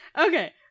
Okay